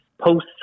post